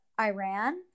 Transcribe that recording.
Iran